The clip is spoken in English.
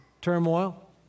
turmoil